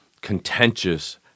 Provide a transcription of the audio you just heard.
contentious